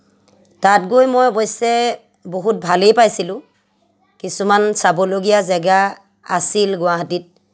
তাত গৈ মই অৱশ্যে বহুত ভালেই পাইছিলোঁ কিছুমান চাবলগীয়া জেগা আছিল গুৱাহাটীত